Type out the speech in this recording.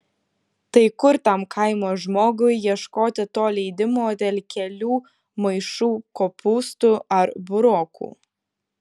tai kur tam kaimo žmogui ieškoti to leidimo dėl kelių maišų kopūstų ar burokų